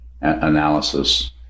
analysis